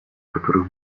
которых